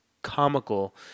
comical